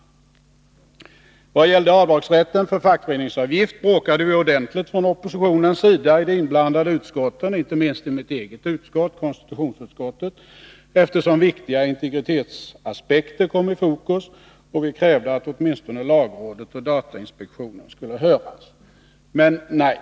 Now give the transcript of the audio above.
I vad gäller rätten till avdrag för fackföreningsavgifter bråkade vi ordentligt från oppositionens sida i de inblandade utskotten, inte minst i det utskott som jag själv är ledamot av — konstitutionsutskottet —, eftersom viktiga integritetsaspekter kom i fokus. Vi krävde att åtminstone lagrådet och datainspektionen skulle höras — men nej!